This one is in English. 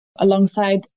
alongside